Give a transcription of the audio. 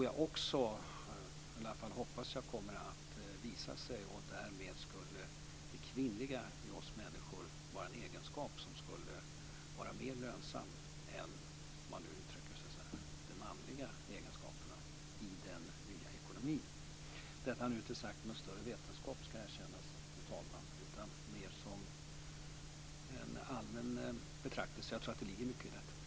Jag hoppas att detta kommer att visa sig, och då skulle det kvinnliga i oss människor vara en egenskap som skulle vara mer lönsam än de manliga egenskaperna i den nya ekonomin. Detta, ska erkännas, har nu inte sagts med någon större vetenskap, fru talman, utan mer som en allmän betraktelse. Jag tror att det ligger mycket i detta.